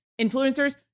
influencers